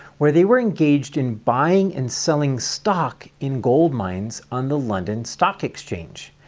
where they were engaged in buying and selling stock in gold mines on the london stock exchange.